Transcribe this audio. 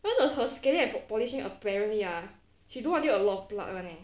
one of her scaling and for polishing apparently ah she do until a lot of plug [one] leh